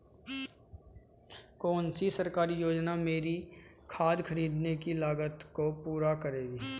कौन सी सरकारी योजना मेरी खाद खरीदने की लागत को पूरा करेगी?